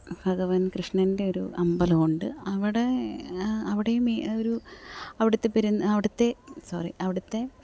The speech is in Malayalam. ഭഗവാൻ കൃഷ്ണൻ്റെ ഒരു അമ്പലമുണ്ട് അവിടെ അവിടെയും ഈ ഒരു അവിടുത്തെ അവിടുത്തെ സോറി അവിടുത്തെ